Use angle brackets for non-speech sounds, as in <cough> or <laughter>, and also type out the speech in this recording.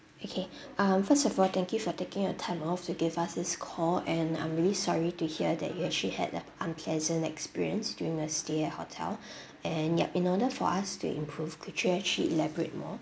okay <breath> um first of all thank you for taking your time off to give us this call and I'm really sorry to hear that you actually had a unpleasant experience during your stay at hotel <breath> and yup in order for us to improve could you actually elaborate more